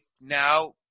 now